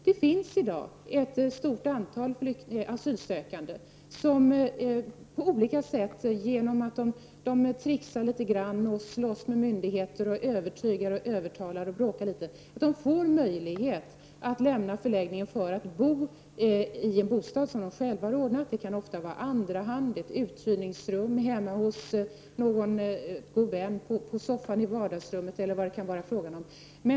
Det finns i dag ett stort antal asylsökande som på olika sätt genom att tricksa, slåss med myndigheter, övertala och bråka får möjlighet att lämna förläggningen för att bo i en bostad som de själva har ordnat — det kan ofta röra sig om bostad i andra hand, ett uthyrningsrum, ett rum hemma hos någon god vän eller vad det nu kan vara fråga om.